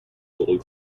gold